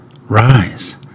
Rise